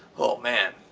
oh man,